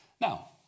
now